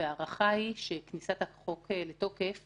וההערכה היא שכניסת החוק לתוקף